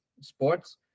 sports